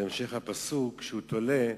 בהמשך הפסוק הוא תולה,